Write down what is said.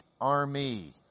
army